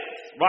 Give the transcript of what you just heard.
yes